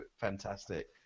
fantastic